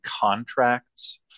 contracts